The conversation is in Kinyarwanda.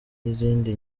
y’izindi